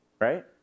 Right